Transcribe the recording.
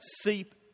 seep